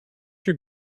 you